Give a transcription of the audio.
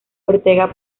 ortega